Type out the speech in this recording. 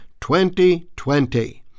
2020